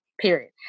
period